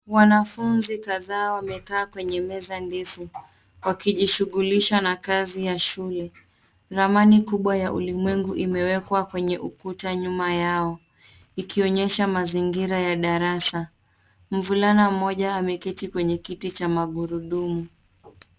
Wanafunzi kadhaa wamekaa kwenye meza ndefu, wakijishughulisha na kazi ya shule. Ramani kubwa ya ulimwengu imwekwa kwenye ukuta nyuma yao, ikionyesha mazingira ya darasa. Mvulana mmoja ameketi kwneye kkiti cha magurudumu.